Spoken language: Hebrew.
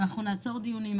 אנחנו נעצור דיונים.